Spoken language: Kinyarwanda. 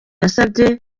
yasabye